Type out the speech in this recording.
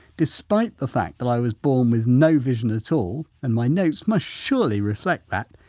despite the fact that i was born with no vision at all and my notes must surely reflect that,